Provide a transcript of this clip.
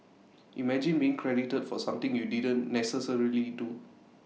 imagine being credited for something you didn't necessarily do